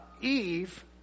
Eve